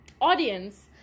audience